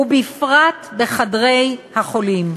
ובפרט בחדרי החולים,